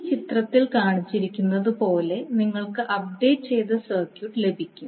ഈ ചിത്രത്തിൽ കാണിച്ചിരിക്കുന്നതുപോലെ നിങ്ങൾക്ക് അപ്ഡേറ്റ് ചെയ്ത സർക്യൂട്ട് ലഭിക്കും